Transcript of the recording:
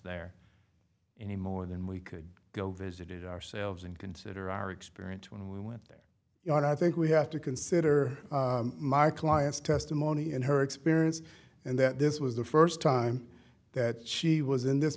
there any more than we could go visit it ourselves and consider our experience when we went there and i think we have to consider my client's testimony and her experience and that this was the first time that she was in this